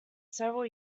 several